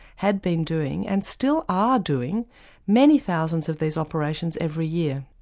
had been doing and still are doing many thousands of these operations every year.